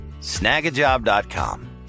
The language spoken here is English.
snagajob.com